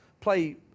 play